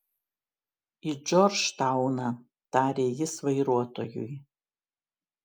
į džordžtauną tarė jis vairuotojui